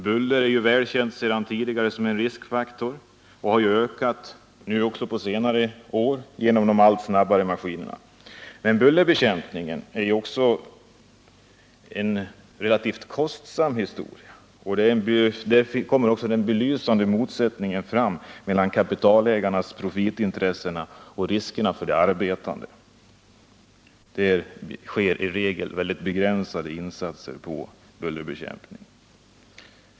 Bullret är välkänt sedan länge som en riskfaktor och har ökat på senare år på grund av de allt snabbare maskinerna. Bullerbekämpning är en relativt kostsam historia, och här belyses motsättningen mellan kapitalägarnas profitintresse och riskerna för de arbetande. Det görs i regel ytterst begränsade insatser i fråga om bullerbekämpning.